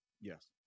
yes